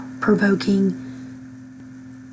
provoking